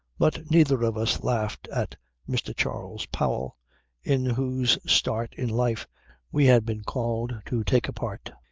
but neither of us laughed at mr. charles powell in whose start in life we had been called to take a part.